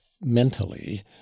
mentally